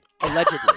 Allegedly